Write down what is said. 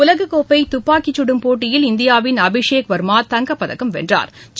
உலகக்கோப்பைதப்பாக்கிசுடும் போட்டியில் இந்தியாவின் அபிஷேக் வா்மா தங்கப்பதக்கம் வென்றாா்